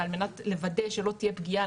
ועל מנת לוודא שלא תהיה פגיעה,